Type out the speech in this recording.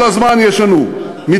כל הזמן יש לנו מתגייסים,